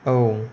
औ